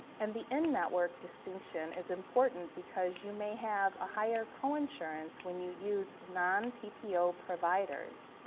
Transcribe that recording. and the in-network distinction is important because you may have a higher coinsurance when you use non-ppo providers,